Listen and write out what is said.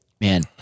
man